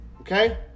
okay